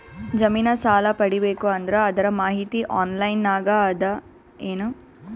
ಜಮಿನ ಸಾಲಾ ಪಡಿಬೇಕು ಅಂದ್ರ ಅದರ ಮಾಹಿತಿ ಆನ್ಲೈನ್ ನಾಗ ಅದ ಏನು?